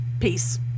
peace